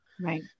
right